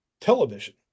television